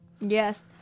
Yes